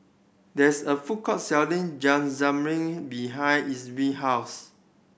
there is a food court selling behind house